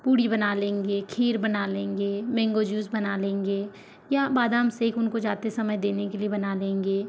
पूड़ी बना लेंगे खीर बना लेंगे मेंगो जूस बना लेंगे या बादाम शेक उनको जाते समय देने के लिए बना लेंगे